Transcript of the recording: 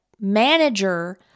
manager